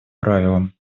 правилом